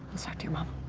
let's talk to your mom.